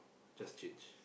just change